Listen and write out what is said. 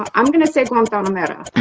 i'm gonna save my um down on that